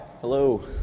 Hello